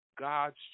God's